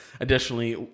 additionally